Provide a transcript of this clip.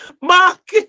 Mark